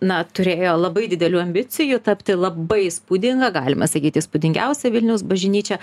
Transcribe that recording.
na turėjo labai didelių ambicijų tapti labai įspūdinga galima sakyti įspūdingiausia vilniaus bažnyčia